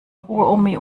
uromi